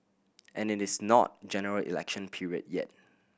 and it is not General Election period yet